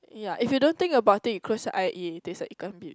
yah if you don't think about it you close your eye it it taste like Ikan-Bilis